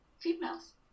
females